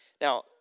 Now